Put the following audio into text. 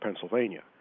Pennsylvania